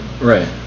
Right